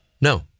No